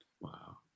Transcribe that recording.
Wow